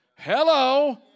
Hello